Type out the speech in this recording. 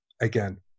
again